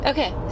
Okay